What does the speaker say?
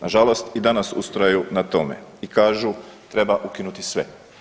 Nažalost i danas ustraju na tome i kažu treba ukinuti sve.